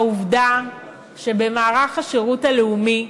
העובדה שבמערך השירות הלאומי,